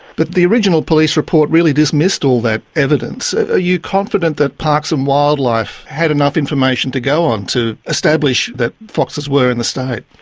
but the original police report really dismissed all that evidence. are you confident that parks and um wildlife had enough information to go on to establish that foxes were in the state?